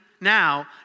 now